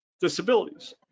disabilities